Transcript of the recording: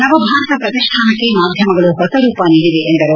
ನವಭಾರತ ಪ್ರತಿಷ್ಠಾನಕ್ಕೆ ಮಾಧ್ಯಮಗಳು ಹೊಸ ರೂಪ ನೀಡಿವೆ ಎಂದರು